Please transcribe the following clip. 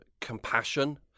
compassion